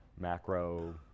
macro